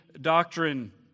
doctrine